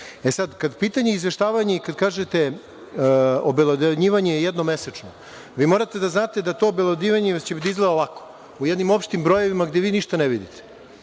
kada pitanje izveštavanje i kada kažete obelodanjivanje je jednom mesečno, vi morate da znate da to obelodanjivanje će da izgleda ovako, u jednim opštim brojevima gde vi ništa ne vidite.